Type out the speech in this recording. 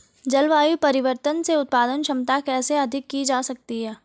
जलवायु परिवर्तन से उत्पादन क्षमता कैसे अधिक की जा सकती है?